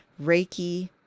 Reiki